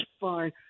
fine